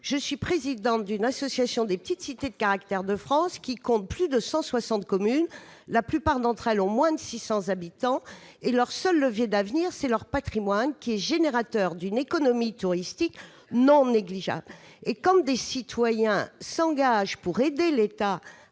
Je suis la présidente de l'Association Petites cités de caractère de France, qui compte plus de 160 communes. La plupart d'entre elles ont moins de 600 habitants. Leur seul levier d'avenir, c'est leur patrimoine, qui est générateur d'une économie touristique non négligeable. Quand des citoyens s'engagent pour aider l'État